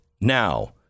Now